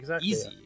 easy